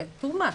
זה יותר מדי.